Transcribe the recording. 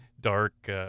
dark